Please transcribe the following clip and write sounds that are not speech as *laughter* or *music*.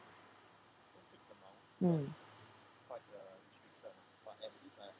*noise* mm *noise*